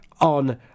on